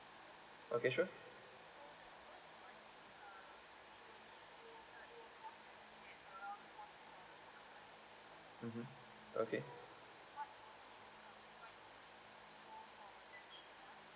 okay sure mmhmm okay